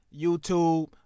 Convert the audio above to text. YouTube